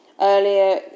earlier